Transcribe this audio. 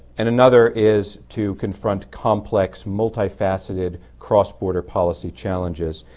and another is to confront complex, multi-faceted, cross-border policy challenges.